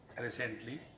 recently